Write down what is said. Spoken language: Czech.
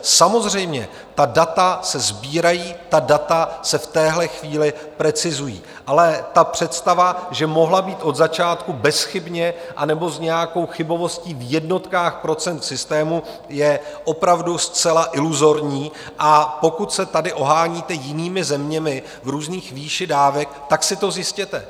Samozřejmě, data se sbírají, data se v téhle chvíli precizují, ale představa, že mohla být od začátku bezchybně, anebo s nějakou chybovostí v jednotkách procent v systému, je opravdu zcela iluzorní, a pokud se tady oháníte jinými zeměmi v různých výších dávek, tak si to zjistěte.